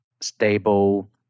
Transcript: stable